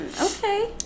okay